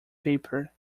paper